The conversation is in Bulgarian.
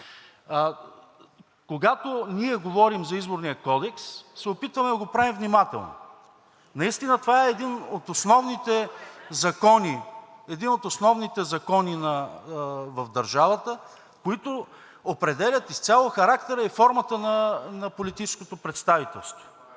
Когато ние говорим за Изборния кодекс, се опитваме да го правим внимателно. Наистина това е един от основните закони в държавата, които определят изцяло характера и формата на политическото представителство.